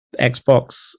Xbox